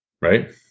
right